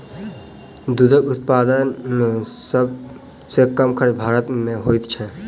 दूधक उत्पादन मे सभ सॅ कम खर्च भारत मे होइत छै